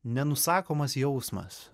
nenusakomas jausmas